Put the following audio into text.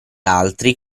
altri